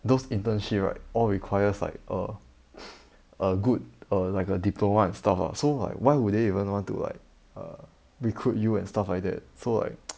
those internship right all requires like a a good err like a diploma and stuff lah so like why would they even want to like err recruit you and stuff like that so like